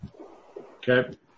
Okay